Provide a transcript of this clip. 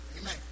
Amen